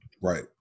Right